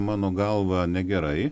mano galva negerai